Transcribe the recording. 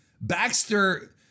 Baxter